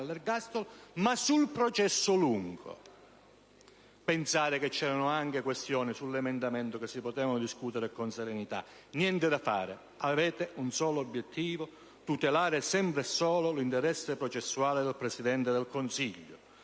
dell'ergastolo ma sul "processo lungo". E pensare che vi erano anche questioni sull'emendamento che si potevano discutere con serenità! Niente da fare. Avete un solo obiettivo: tutelare sempre e solo l'interesse processuale del Presidente del Consiglio.